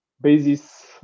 Basis